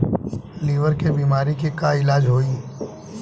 Liver के बीमारी के का इलाज होई?